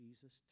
Jesus